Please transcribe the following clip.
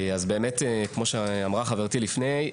כפי שאמרה חברתי לפניי,